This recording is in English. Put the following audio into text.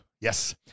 Yes